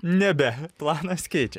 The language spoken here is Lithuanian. nebe planas keičia